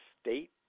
state